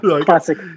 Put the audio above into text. Classic